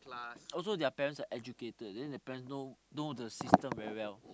also their parents are educated then their parents know know the system very well